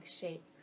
shape